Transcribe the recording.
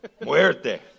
Muerte